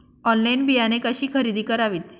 Online बियाणे कशी खरेदी करावीत?